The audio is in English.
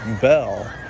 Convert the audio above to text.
Bell